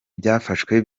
byafashwe